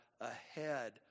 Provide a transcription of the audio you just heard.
ahead